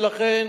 ולכן,